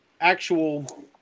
actual –